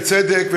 בצדק,